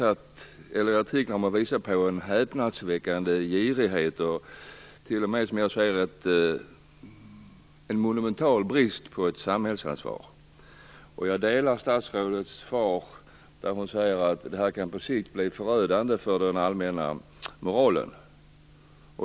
Artiklarna visar på en häpnadsväckande girighet, t.o.m. en monumental brist på samhällsansvar. Jag delar uppfattningen i statsrådets svar, att det här på sikt kan bli förödande för den allmänna moralen.